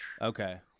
Okay